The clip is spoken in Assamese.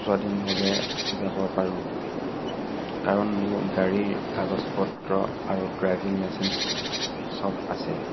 স্বাধীনভাৱে যাব পাৰোঁ কাৰণ মোৰ গাড়ীৰ কাগজ পত্ৰ আৰু ড্ৰাইভিং লাইচেন্স চব আছে